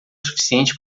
suficiente